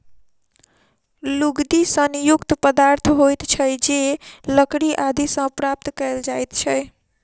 लुगदी सन युक्त पदार्थ होइत छै जे लकड़ी आदि सॅ प्राप्त कयल जाइत छै